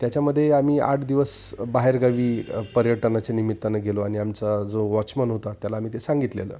त्याच्यामध्ये आम्ही आठ दिवस बाहेरगावी पर्यटनाच्या निमित्तानं गेलो आणि आमचा जो वॉचमन होता त्याला आम्ही ते सांगितलेलं